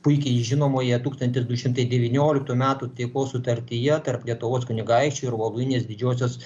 puikiai žinomoje tūkstantis du šimtai devynioliktų metų taikos sutartyje tarp lietuvos kunigaikščių ir voluinės didžiosios